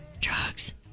drugs